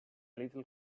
little